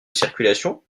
circulation